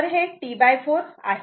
तर हे T4 आहे